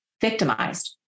victimized